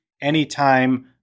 Anytime